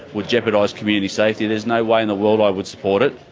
would jeopardise community safety, there's no way in the world i would support it.